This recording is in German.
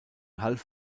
half